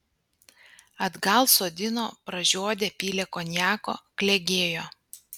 atgal sodino pražiodę pylė konjako klegėjo